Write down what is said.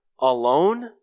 alone